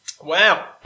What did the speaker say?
Wow